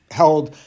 held